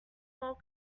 more